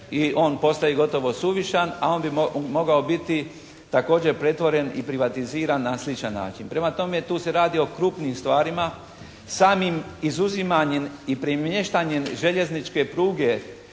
i on postaje gotovo suvišan, a on bi mogao biti također pretvoren i privatiziran na sličan način. Prema tome, tu se radi i krupnijim stvarima, samim izuzimanjem i premještanjem željezničke pruge